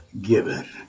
given